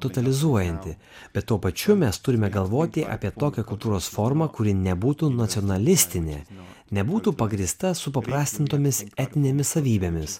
totalizuojantį bet tuo pačiu mes turime galvoti apie tokią kultūros formą kuri nebūtų nacionalistinė nebūtų pagrįsta supaprastintomis etinėmis savybėmis